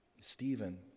Stephen